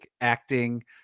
acting